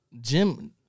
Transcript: Jim